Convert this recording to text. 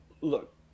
look